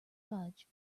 fudge